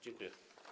Dziękuję.